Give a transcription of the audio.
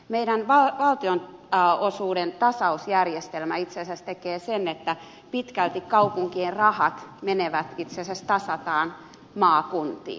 meidän valtionosuuden tasausjärjestelmä itse asiassa tekee sen että pitkälti kaupunkien rahat menevät itse asiassa tasataan maakuntiin